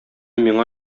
миңа